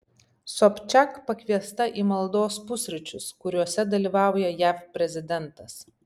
sobčiak pakviesta į maldos pusryčius kuriuose dalyvauja jav prezidentas